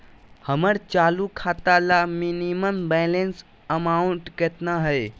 हमर चालू खाता ला मिनिमम बैलेंस अमाउंट केतना हइ?